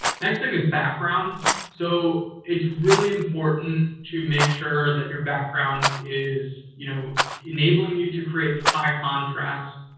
next thing is backgrounds. so, it's really important to make sure that your background is you know enabling you to create high contrast